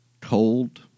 cold